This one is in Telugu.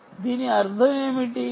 కాబట్టి దీని అర్థం ఏమిటి